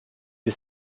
que